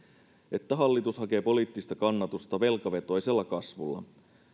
että hallitus hakee poliittista kannatusta velkavetoisella kasvulla